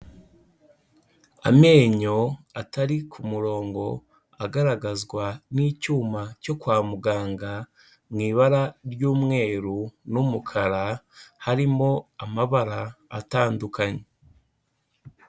Amenyo atari ku murongo, agaragazwa n'icyuma cyo kwa muganga mu ibara ry'umweru n'umukara, harimo amabara atandukanye.